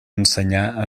ensenyar